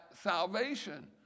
salvation